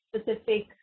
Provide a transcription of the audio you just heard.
specific